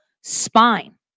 spine